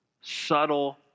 subtle